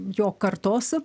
jo kartos